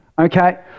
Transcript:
Okay